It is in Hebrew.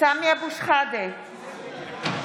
כדי שהחוק יעבור.